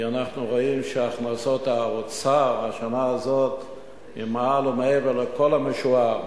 כי אנחנו רואים שהכנסות האוצר בשנה הזאת הן מעל ומעבר לכל המשוער,